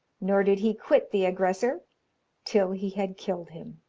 nor did he quit the aggressor till he had killed him.